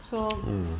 mm